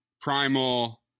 Primal